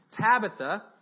Tabitha